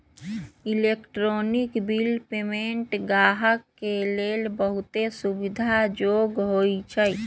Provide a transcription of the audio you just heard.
electronic bill payment गाहक के लेल बहुते सुविधा जोग्य होइ छइ